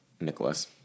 Nicholas